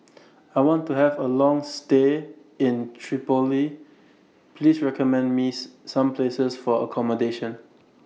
I want to Have A Long stay in Tripoli Please recommend Miss Some Places For accommodation